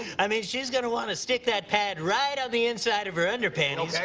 i mean, she's gonna want to stick that pad right on the inside of her underpanties.